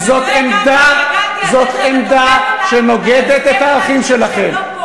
כי זאת עמדה שנוגדת את הערכים שלכם.